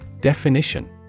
Definition